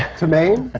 to maine?